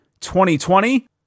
2020